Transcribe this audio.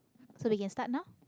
so we can start now